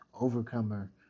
Overcomer